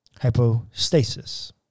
Hypostasis